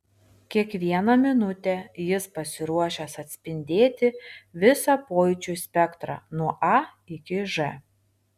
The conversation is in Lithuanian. kiekvieną minutę jis pasiruošęs atspindėti visą pojūčių spektrą nuo a iki ž